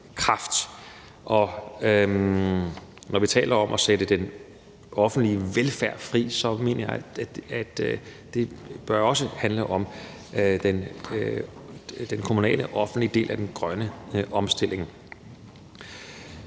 og når vi taler om at sætte den offentlige velfærd fri, mener jeg, det også bør handle om den kommunale og offentlige del af den grønne omstilling.